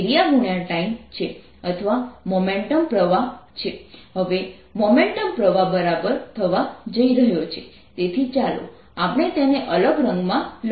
momentumarea×time હવે મોમેન્ટમ પ્રવાહ બરાબર થવા જઈ રહ્યો છે તેથી ચાલો આપણે તેને અલગ રંગ માં લખીએ